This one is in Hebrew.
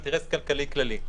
אינטרס כלכלי כללי,